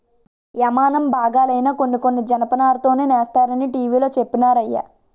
యిమానం బాగాలైనా కొన్ని కొన్ని జనపనారతోనే సేస్తరనీ టీ.వి లో చెప్పినారయ్య